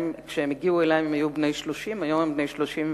כשהם הגיעו אלי הם היו בני 30, היום הם בני 31,